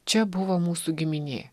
čia buvo mūsų giminė